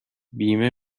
بیمه